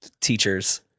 teachers